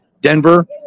Denver